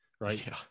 Right